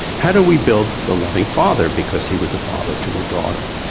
how do we build the loving father because he was a father to a daughter?